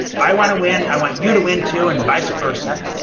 i wanna win. i want you to win, too, and vice versa.